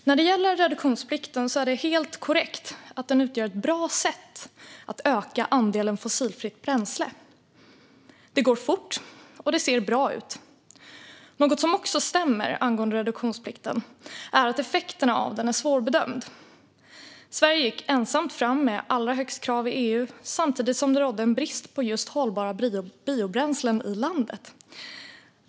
När det gäller reduktionsplikten är det helt korrekt att den utgör ett bra sätt att öka andelen fossilfritt bränsle. Det går fort, och det ser bra ut. Det är också korrekt att effekten av reduktionsplikten är svårbedömd. Sverige gick ensamt fram med allra högst krav i EU samtidigt som det rådde brist på just hållbara biobränslen i landet.